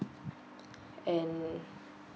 and